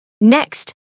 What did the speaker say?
Next